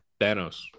Thanos